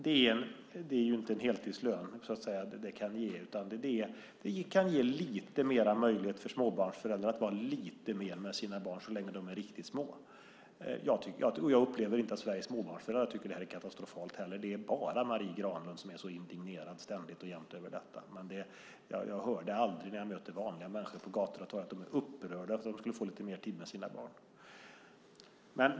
Det är inte en heltidslön. Men det kan ge lite mer möjligheter för småbarnsföräldrar att vara lite mer med sina barn så länge de är riktigt små. Jag upplever inte heller att Sveriges småbarnsföräldrar tycker att det är katastrofalt. Det är bara Marie Granlund som ständigt och jämt är så indignerad över detta. Men jag hör aldrig när jag möter vanliga människor på gator och torg att de är upprörda över att de skulle få lite mer tid med sina barn.